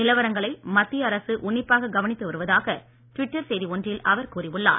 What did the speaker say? நிலவரங்களை மத்திய அரசு உன்னிப்பாக கவனித்து வருவதாக டுவிட்டர் செய்தி ஒன்றில் அவர் கூறியுள்ளார்